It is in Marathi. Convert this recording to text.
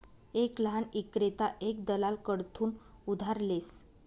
एक लहान ईक्रेता एक दलाल कडथून उधार लेस